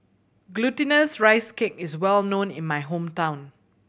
Glutinous Rice Cake is well known in my hometown